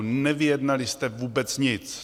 Nevyjednali jste vůbec nic!